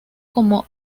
como